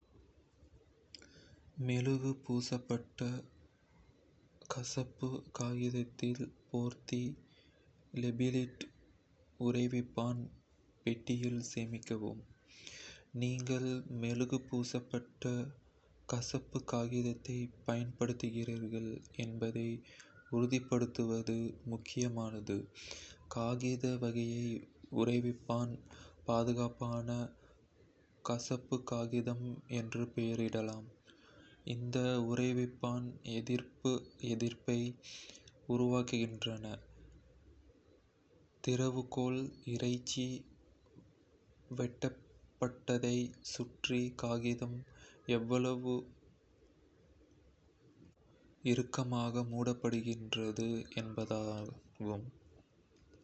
மெழுகு பூசப்பட்ட கசாப்புக் காகிதத்தில் போர்த்தி, லேபிளிட்டு, உறைவிப்பான் பெட்டியில் சேமிக்கவும். நீங்கள் மெழுகு பூசப்பட்ட கசாப்புக் காகிதத்தைப் பயன்படுத்துகிறீர்கள் என்பதை உறுதிப்படுத்துவது முக்கியமானது. காகித வகையை உறைவிப்பான்-பாதுகாப்பான கசாப்புக் காகிதம் என்றும் பெயரிடலாம். இந்த உறைவிப்பான் எரிப்பு எதிர்ப்பை உருவாக்குவதற்கான திறவுகோல், இறைச்சி வெட்டப்பட்டதைச் சுற்றி காகிதம் எவ்வளவு இறுக்கமாக மூடப்பட்டிருக்கிறது என்பதுதான்.